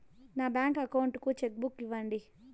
నా bank account కు cheque book ఇవ్వండి